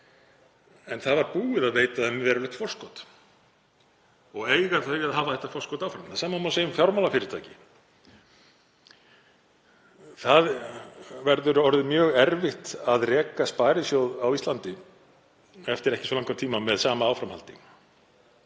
Búið var að veita þeim verulegt forskot. Eiga þau að hafa það forskot áfram? Það sama má segja um fjármálafyrirtæki. Það verður orðið mjög erfitt að reka sparisjóð á Íslandi eftir ekki svo langan tíma með sama áframhaldi.